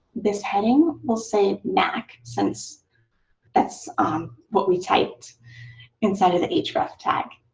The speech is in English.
this heading will say mac since that's what we typed inside of the h ref tag.